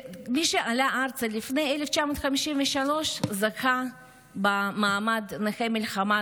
מי שעלה ארצה לפני 1953 זכה במעמד נכה מלחמה,